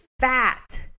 fat